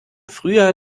frühjahr